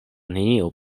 neniu